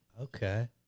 Okay